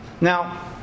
Now